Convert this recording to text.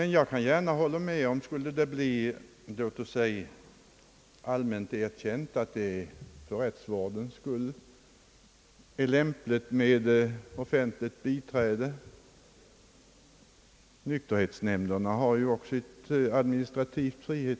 Nykterhetsnämnderna har ju ofta att handlägga frågor om administrativt frihetsberövande, och det förekommer sådana avgöranden också inom barnavårdsnämnden och möjligen på andra håll inom administrationen.